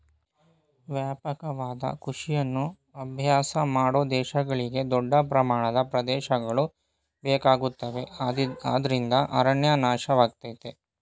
ವ್ಯಾಪಕವಾದ ಕೃಷಿಯನ್ನು ಅಭ್ಯಾಸ ಮಾಡೋ ದೇಶಗಳಿಗೆ ದೊಡ್ಡ ಪ್ರಮಾಣದ ಪ್ರದೇಶಗಳು ಬೇಕಾಗುತ್ತವೆ ಅದ್ರಿಂದ ಅರಣ್ಯ ನಾಶವಾಗಯ್ತೆ